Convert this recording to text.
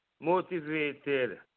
motivated